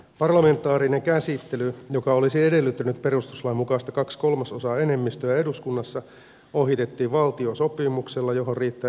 parlamentaarinen käsittely joka olisi edellyttänyt perustuslain mukaista kahden kolmasosan enemmistöä eduskunnassa ohitettiin valtiosopimuksella johon riittää yksinkertainen enemmistö